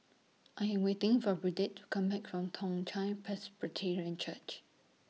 I Am waiting For Burdette to Come Back from Toong Chai Presbyterian Church